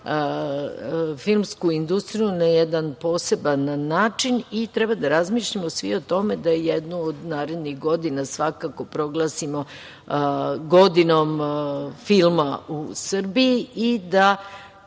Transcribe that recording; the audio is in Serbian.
filmsku industriju na jedan poseban način i treba da razmišljamo svi o tome da jednu od narednih godina svakako proglasimo godinom filma u Srbiji i da